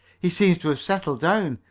he seems to have settled down,